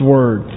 Word